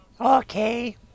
Okay